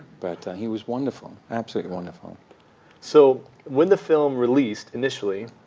but he was wonderful. absolutely wonderful. john so when the film released initially,